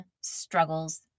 struggles